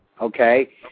Okay